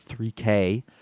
3K